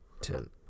ten